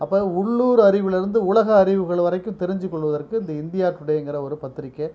அப்போ உள்ளூர் அறிவுலருந்து உலக அறிவுகள் வரைக்கும் தெரிஞ்சு கொள்ளுவதற்கு இந்த இந்தியா டுடேங்கிற ஒரு பத்திரிக்கை